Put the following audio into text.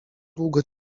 długo